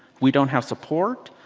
we don't have support,